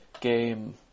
Game